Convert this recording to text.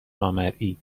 نامرئی